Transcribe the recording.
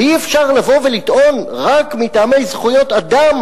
ואי-אפשר לבוא ולטעון רק מטעמי זכויות אדם